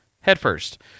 headfirst